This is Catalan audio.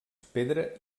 pedra